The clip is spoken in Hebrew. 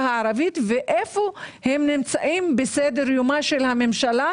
הערבית ואיפה הם נמצאים בסדר-יומה של הממשלה?